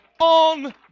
on